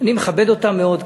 אני מכבד אותם מאוד,